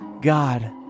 God